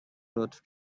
لطف